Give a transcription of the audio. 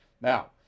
Now